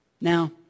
Now